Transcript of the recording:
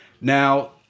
Now